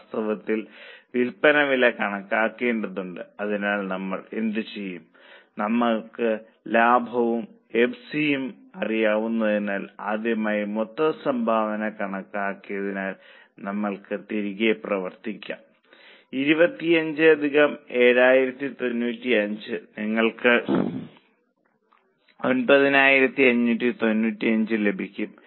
വാസ്തവത്തിൽ വിൽപ്പന വില കണക്കാക്കേണ്ടതുണ്ട് അതിനാൽ നമ്മൾ എന്ത് ചെയ്യും നമ്മൾക്ക് ലാഭവും എഫ്സി യും അറിയാവുന്നതിനാൽ ആദ്യമായി മൊത്തം സംഭാവന കണക്കാക്കുന്നതിനായി നമ്മൾക്ക് തിരികെ പ്രവർത്തിക്കാം 25 അധികം 7095 നിങ്ങൾക്ക് 9595 ലഭിക്കും